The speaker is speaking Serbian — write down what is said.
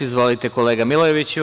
Izvolite, kolega Milojeviću.